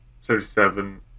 Seventy-seven